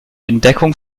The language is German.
entdeckung